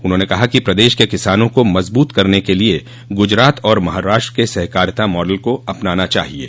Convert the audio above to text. उन्होंने कहा कि प्रदेश के किसानों को मज़बूत करने के लिये गुजरात और महाराष्ट्र के सहकारिता मॉडल को अपनाना चाहिये